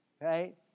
right